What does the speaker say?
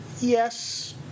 Yes